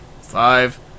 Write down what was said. five